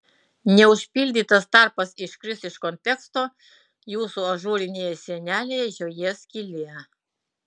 neužpildytas tarpas iškris iš konteksto jūsų ažūrinėje sienelėje žiojės skylė